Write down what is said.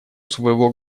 своего